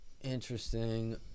Interesting